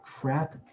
crap